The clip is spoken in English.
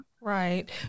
Right